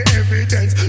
evidence